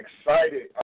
excited